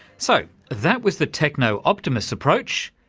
so, that was the techno-optimist's approach.